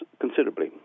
considerably